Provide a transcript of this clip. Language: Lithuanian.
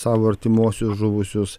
savo artimuosius žuvusius